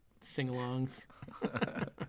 sing-alongs